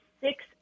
six